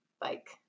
bike